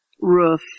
roof